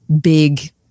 big